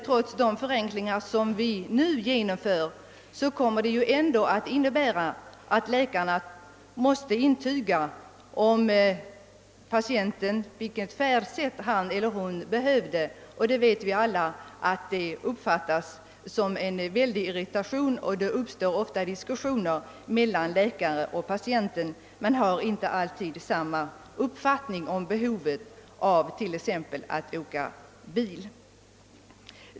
Trots de förenklingar vi nu kommer att genomföra, måste läkarna även i fortsättningen intyga vilket färdsätt den sjukes tillstånd kräver, bil eller ambulans. Vi vet alla att det ofta medför stor irritation; läkaren och patienten har inte alltid samma uppfattning om t.ex. behovet av att åka bil.